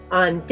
on